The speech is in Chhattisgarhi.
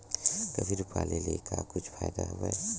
बकरी पाले ले का कुछु फ़ायदा हवय?